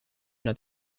una